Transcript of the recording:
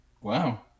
wow